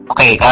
Okay